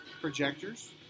projectors